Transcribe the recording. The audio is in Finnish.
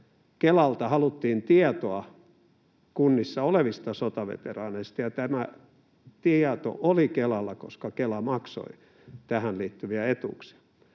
Kelalta haluttiin tietoa kunnissa olevista sotaveteraaneista, ja tämä tieto oli Kelalla, koska Kela maksoi tähän liittyviä etuuksia.